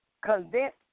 convince